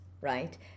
right